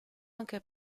anche